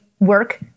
work